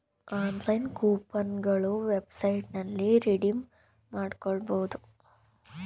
online coupon ಗಳನ್ನ ವೆಬ್ಸೈಟ್ನಲ್ಲಿ redeem ಮಾಡ್ಕೋಬಹುದು